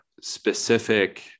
specific